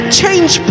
change